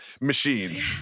machines